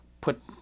put